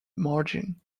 margin